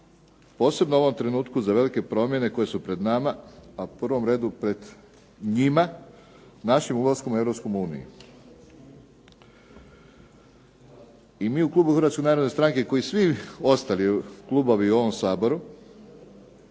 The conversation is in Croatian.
posebno u ovom trenutku za velike promjene koje su pred nama a u prvom redu pred njima našim ulaskom u Europsku uniju. I mi u Klubu Hrvatske narodne stranke kao i svi ostali Klubovi u ovome Saboru